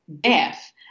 death